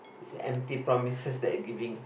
is a empty promises that giving